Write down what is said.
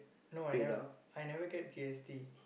no I never I never get G_S_T